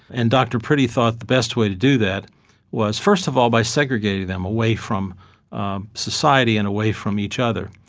and dr. priddy thought the best way to do that was, first of all, by segregating them away from um society and away from each other.